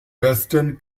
western